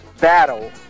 battle